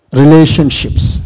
relationships